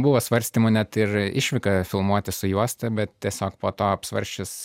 buvo svarstymų net ir išvyką filmuoti su juosta bet tiesiog po to apsvarsčius